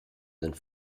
sind